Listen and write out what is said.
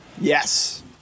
Yes